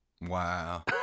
Wow